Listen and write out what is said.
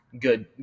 good